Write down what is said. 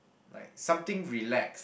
like something relax